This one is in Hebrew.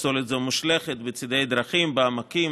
פסולת זו מושלכת בצידי דרכים, בעמקים